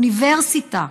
אוניברסיטה,